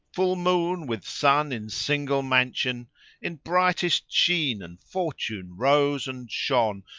full moon with sun in single mansion in brightest sheen and fortune rose and shone,